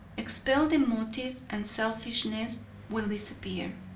expel the motive and selfishness will disappear,